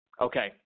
Okay